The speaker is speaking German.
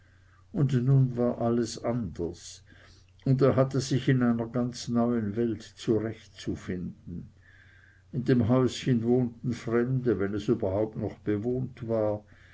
und nun war alles anders und er hatte sich in einer ganz neuen welt zurechtzufinden in dem häuschen wohnten fremde wenn es überhaupt noch bewohnt war